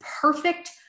perfect